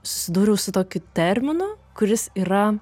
susidūriau su tokiu terminu kuris yra